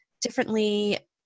differently